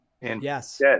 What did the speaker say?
Yes